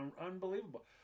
unbelievable